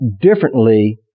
differently